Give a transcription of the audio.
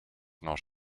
not